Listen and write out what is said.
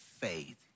faith